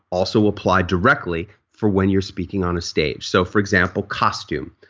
also apply directly for when you're speaking on a stage so for example costume.